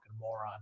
moron